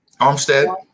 Armstead